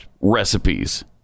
recipes